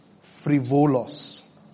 frivolous